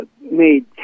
made